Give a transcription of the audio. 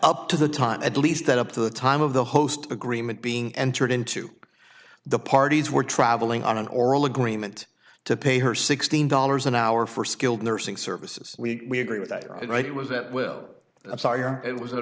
up to the time at least that up to the time of the host agreement being entered into the parties were travelling on an oral agreement to pay her sixteen dollars an hour for skilled nursing services we agree with that right it was that will it was a